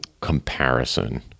comparison